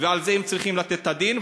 ועל זה הם צריכים לתת את הדין.